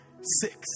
Six